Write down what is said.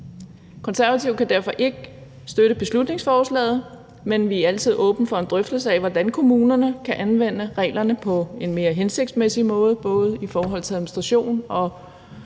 Konservative kan derfor ikke støtte beslutningsforslaget, men vi er altid åbne over for en drøftelse af, hvordan kommunerne kan anvende reglerne på en mere hensigtsmæssig måde, både i forhold til administration og